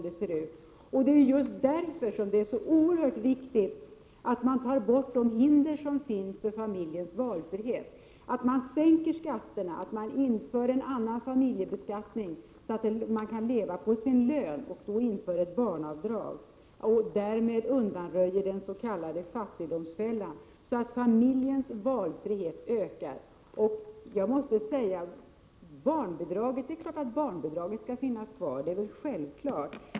Det är just därför som det är så oerhört viktigt att hindren för familjens valfrihet tas bort, att skatterna sänks, att en annan familjebeskattning införs, så att människor kan leva på sin lön, att ett barnavdrag införs och den s.k. fattigdomsfällan därmed undanröjs, så att familjens valfrihet ökar. Jag måste säga att det är självklart att barnbidraget skall vara kvar.